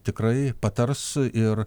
tikrai patars ir